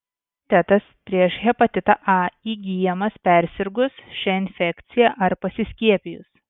imunitetas prieš hepatitą a įgyjamas persirgus šia infekcija ar pasiskiepijus